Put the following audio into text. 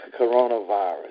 coronavirus